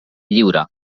lliure